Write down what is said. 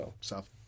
south